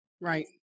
right